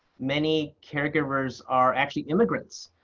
many caregivers are actually immigrants.